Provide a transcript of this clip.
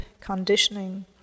conditioning